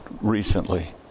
recently